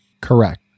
Correct